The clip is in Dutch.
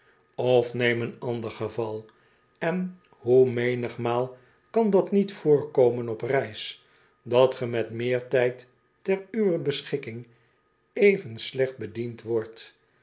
of neem een of ander geval en boe menigmaal kan dat niet voorkomen op reis dat ge met meer tyd ter uwer beschikking even slecht bediend wordt